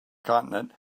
continent